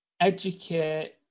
educate